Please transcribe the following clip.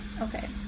okay